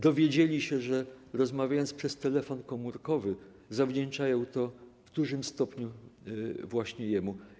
Dowiedzieli się, że to, że rozmawiają przez telefon komórkowy, zawdzięczają w dużym stopniu właśnie jemu.